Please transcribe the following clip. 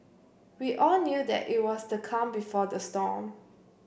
we all knew that it was the calm before the storm